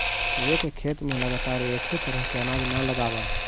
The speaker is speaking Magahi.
एक खेत में लगातार एक ही तरह के अनाज न लगावऽ